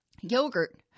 yogurt